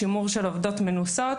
שימור של עובדות מנוסות,